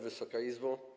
Wysoka Izbo!